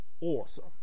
awesome